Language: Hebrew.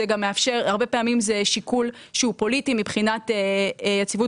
הרבה פעמים זה שיקול שהוא פוליטי מבחינת יציבות